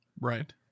Right